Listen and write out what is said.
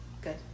Good